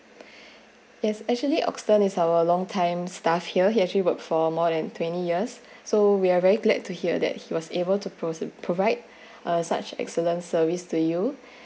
yes actually oxden is our long time staff here he actually worked for more than twenty years so we are very glad to hear that he was able to pro~ provide such excellent service to you